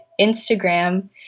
instagram